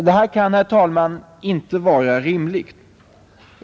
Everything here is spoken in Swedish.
Detta kan inte vara rimligt.